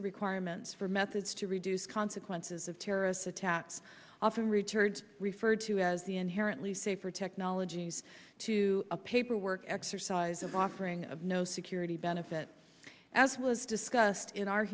the requirements for methods to reduce consequences of terrorists attacks often richard referred to as the inherently safer technologies to a paperwork exercise of offering of no security benefit as was discussed in our